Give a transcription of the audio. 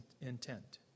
intent